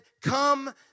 come